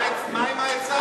מה עם ההיצע?